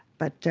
but